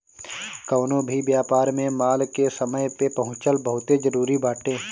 कवनो भी व्यापार में माल के समय पे पहुंचल बहुते जरुरी बाटे